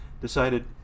decided